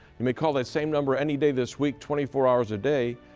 you may call that same number any day this week twenty four hours a day.